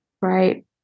right